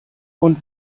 und